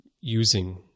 using